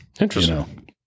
Interesting